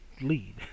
lead